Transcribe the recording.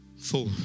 four